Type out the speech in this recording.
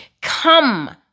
come